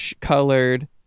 colored